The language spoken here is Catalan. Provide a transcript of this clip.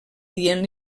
dient